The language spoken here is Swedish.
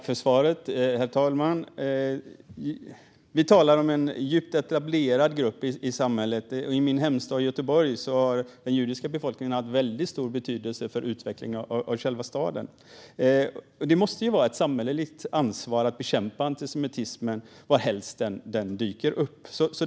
Herr talman! Vi talar om en djupt etablerad grupp i samhället. I min hemstad Göteborg har den judiska befolkningen haft väldigt stor betydelse för utvecklingen av själva staden. Det måste vara ett samhälleligt ansvar att bekämpa antisemitismen varhelst den dyker upp.